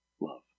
love